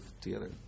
together